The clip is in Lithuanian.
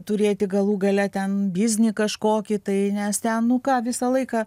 turėti galų gale ten biznį kažkokį tai nes ten nu ką visą laiką